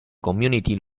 community